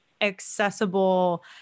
accessible